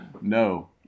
No